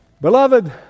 Beloved